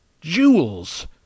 jewels